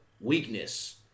Weakness